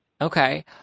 Okay